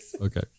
okay